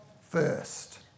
first